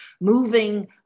moving